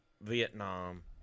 Vietnam